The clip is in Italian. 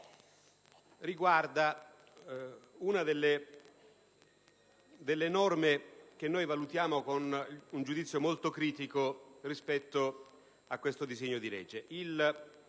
riguarda una norma che valutiamo con un giudizio molto critico rispetto a questo disegno di legge.